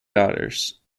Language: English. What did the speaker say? daughters